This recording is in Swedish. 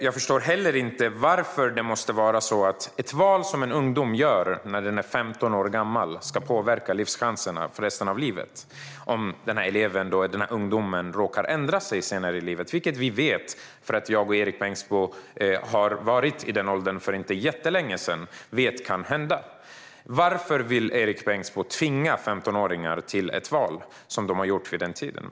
Jag förstår heller inte varför det måste vara så att ett val som en ungdom gör som 15-åring ska påverka livschanserna för resten av livet. Eleven kanske råkar ändra sig senare i livet, vilket vi vet kan hända; jag och Erik Bengtzboe var i den åldern för inte jättelänge sedan. Varför vill Erik Bengtzboe tvinga ungdomar att hålla sig till ett val de gjorde som 15åringar?